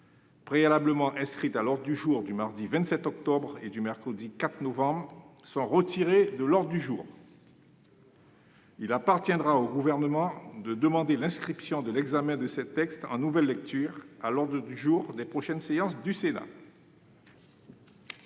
préalablement inscrites à l'ordre du jour du mardi 27 octobre et du mercredi 4 novembre, sont retirées de l'ordre du jour. Il appartiendra au Gouvernement de demander l'inscription de l'examen de ces textes en nouvelle lecture à l'ordre du jour des prochaines séances du Sénat.